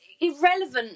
irrelevant